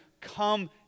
Come